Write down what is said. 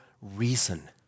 reason